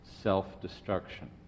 self-destruction